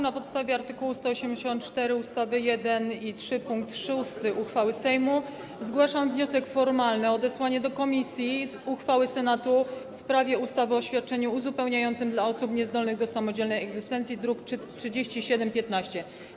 Na podstawie art. 184 ust. 1 i 3 pkt 6 regulaminu Sejmu zgłaszam wniosek formalny o odesłanie do komisji uchwały Senatu w sprawie ustawy o świadczeniu uzupełniającym dla osób niezdolnych do samodzielnej egzystencji, druk nr 3715.